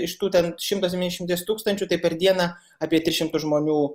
iš tų ten šimto septyniasdešimties tūkstančių taip per dieną apie tris šimtus žmonių